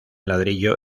ladrillo